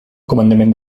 comandament